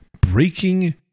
breaking